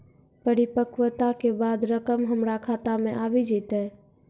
परिपक्वता के बाद रकम हमरा खाता मे आबी जेतै?